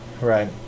Right